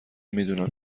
میدونم